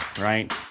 right